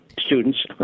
students